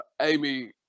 Amy